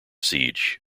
siege